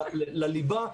לליבה,